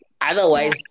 otherwise